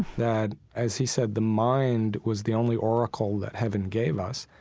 that, as he said, the mind was the only oracle that heaven gave us.